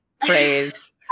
praise